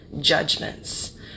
judgments